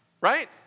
right